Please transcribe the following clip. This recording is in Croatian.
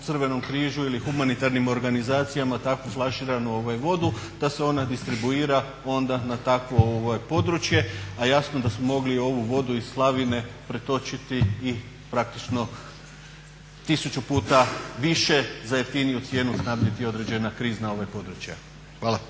Crvenom križu ili humanitarnim organizacijama takvu flaširanu vodu, da se ona distribuira onda na takvo područje. A jasno da smo mogli ovu vodu iz slavine pretočiti i praktično tisuću puta više za jeftiniju cijenu snabdjeti određena krizna područja. Hvala.